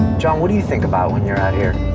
john, what do you think about when you're out here?